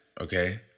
okay